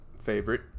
favorite